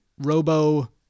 robo